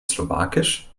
slowakisch